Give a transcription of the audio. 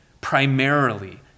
primarily